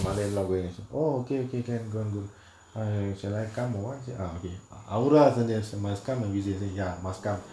mother-in-law going as a oh okay okay can gone good I shall I come watch ah okay I would rather than as a must come and visit the ya must come